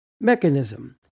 mechanism